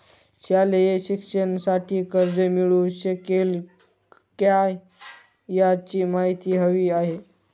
शालेय शिक्षणासाठी कर्ज मिळू शकेल काय? याची माहिती हवी आहे